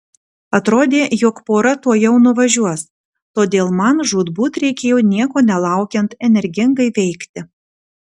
atrodė jog pora tuojau nuvažiuos todėl man žūtbūt reikėjo nieko nelaukiant energingai veikti